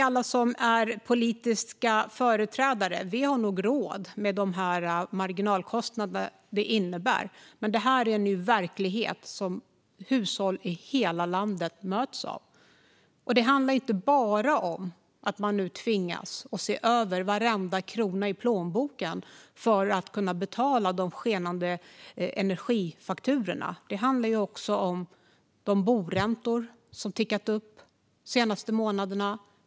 Alla vi som är politiska företrädare har nog råd med de marginalkostnader detta innebär, men det här är nu en verklighet som hushåll i hela landet möts av. Det handlar inte bara om att man nu tvingas se över varenda krona i plånboken för att kunna betala de skenande energifakturorna. Det handlar också om de boräntor som tickat upp de senaste månaderna.